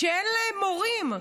שאין להם מורים,